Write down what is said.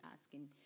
asking